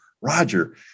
Roger